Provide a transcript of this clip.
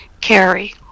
carry